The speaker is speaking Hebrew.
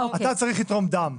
אתה צריך לתרום דם.